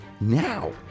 now